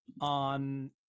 on